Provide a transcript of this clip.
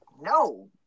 no